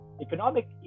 economic